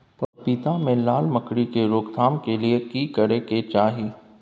पपीता मे लाल मकरी के रोक थाम के लिये की करै के चाही?